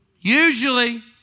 usually